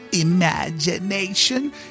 imagination